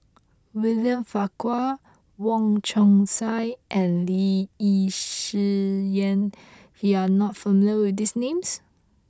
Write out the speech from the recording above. William Farquhar Wong Chong Sai and Lee Yi Shyan you are not familiar with these names